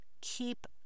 keep